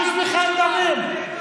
זאת הסתה ושפיכת דמים.